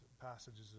passages